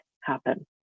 happen